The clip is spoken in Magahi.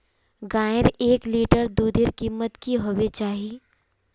गायेर एक लीटर दूधेर कीमत की होबे चही?